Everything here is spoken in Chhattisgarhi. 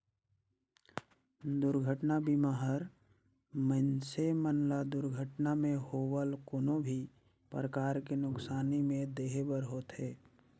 दुरघटना बीमा हर मइनसे मन ल दुरघटना मे होवल कोनो भी परकार के नुकसानी में देहे बर होथे